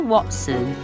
Watson